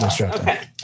Okay